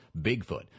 Bigfoot